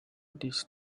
this